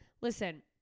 Listen